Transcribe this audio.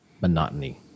monotony